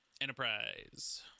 Enterprise